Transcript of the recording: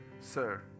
Sir